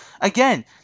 Again